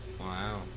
Wow